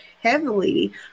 heavily